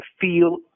feel